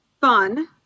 fun